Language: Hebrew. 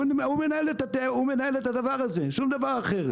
הוא מנהל את הדבר הזה, שום דבר אחר.